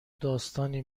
داستانی